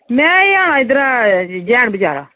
मैं एह् आना इद्धरा जैन बजारा